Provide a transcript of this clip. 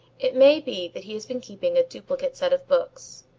it may be that he has been keeping a duplicate set of books.